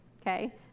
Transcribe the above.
Okay